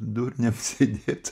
durniam sėdėt